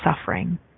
suffering